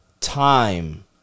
time